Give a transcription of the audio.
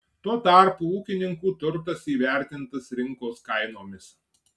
tuo tarpu ūkininkų turtas įvertintas rinkos kainomis